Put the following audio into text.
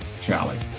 Charlie